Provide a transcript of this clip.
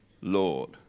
Lord